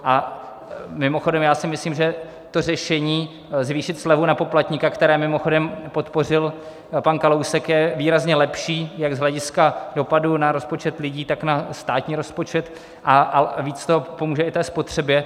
A mimochodem si myslím, že to řešení zvýšit slevu na poplatníka, které mimochodem podpořil pan Kalousek, je výrazně lepší jak z hlediska dopadů na rozpočet lidí, tak na státní rozpočet, a navíc to pomůže i té spotřebě.